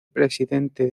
presidente